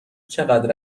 چقدر